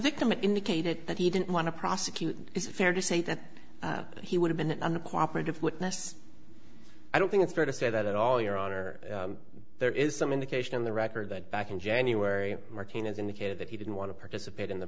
victim indicated that he didn't want to prosecute is it fair to say that he would have been uncooperative witness i don't think it's fair to say that at all your honor there is some indication on the record that back in january martinez indicated that he didn't want to participate in the